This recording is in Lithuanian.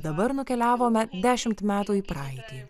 dabar nukeliavome dešimt metų į praeitį